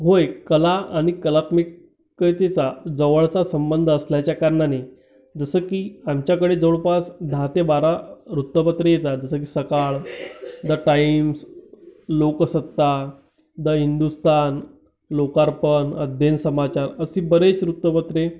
होय कला आणि कलात्मिक कतीचा जवळचा संबंध असल्याच्या कारणाने जसं की आमच्याकडे जवळपास दहा ते बारा वृत्तपत्रे येतात जसं की Sakal the Times Loksatta the Hindustan लोकार्पण अध्ययन समाचार अशी बरीच वृत्तपत्रे